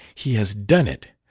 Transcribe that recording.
he has done it,